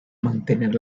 mantener